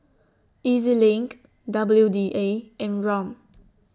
E Z LINK W D A and Rom